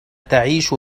تعيش